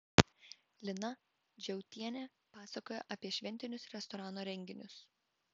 lina džiautienė pasakoja apie šventinius restorano renginius